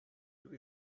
dydw